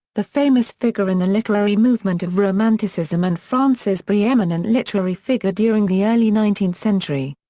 the famous figure in the literary movement of romanticism and france's preeminent literary figure during the early nineteenth century.